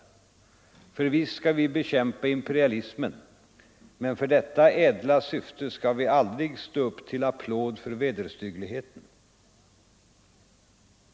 För visst skall vi bekämpa imperialismen, men för detta ädla syfte skall vi aldrig stå upp till applåd för vederstyggligheten.